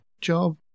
job